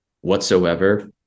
whatsoever